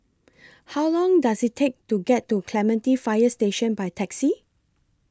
How Long Does IT Take to get to Clementi Fire Station By Taxi